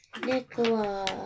Nicola